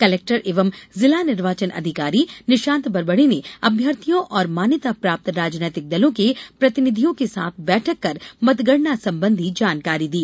collector एवं जिला निर्वाचन अधिकारी निशांत बरबड़े ने अभ्यर्थियों और मान्यता प्राप्त राजनीतिक दलों के प्रतिनिधियों के साथ बैठक कर मतगणना संबंधी जानकारी दी